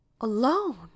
Alone